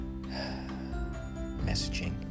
Messaging